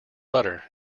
butter